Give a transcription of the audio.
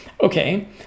okay